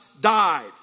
died